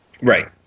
Right